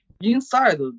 inside